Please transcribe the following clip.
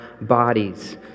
bodies